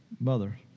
mother